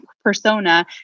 persona